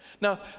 Now